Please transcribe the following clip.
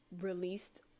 released